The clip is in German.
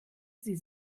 sie